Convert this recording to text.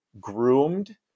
groomed